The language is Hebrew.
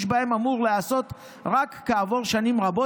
בהם אמור להיעשות רק כעבור שנים רבות,